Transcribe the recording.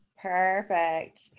Perfect